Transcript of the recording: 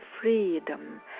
freedom